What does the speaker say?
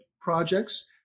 projects